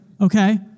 okay